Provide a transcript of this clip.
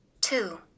two